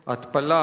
התפלה,